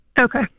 Okay